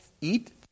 eat